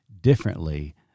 differently